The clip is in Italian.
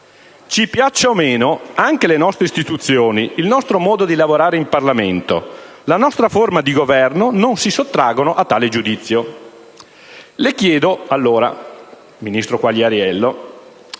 Ci piaccia o meno, anche le nostre istituzioni, il nostro modo di lavorare in Parlamento e la nostra forma di Governo non si sottraggono a tale giudizio. Le chiedo, allora, ministro Quagliariello: